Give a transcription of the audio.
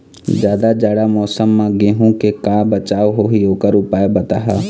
जादा जाड़ा मौसम म गेहूं के का बचाव होही ओकर उपाय बताहा?